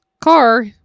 car